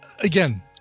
again